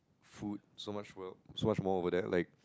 food so much more so much more over there like